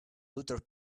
luther